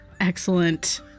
Excellent